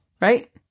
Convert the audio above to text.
Right